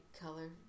color